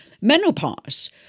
menopause